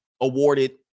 awarded